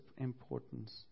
importance